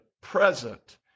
present